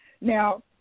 Now